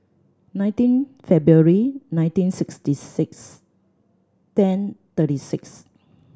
nineteen February nineteen sixty six ten thirty six